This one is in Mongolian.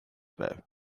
байв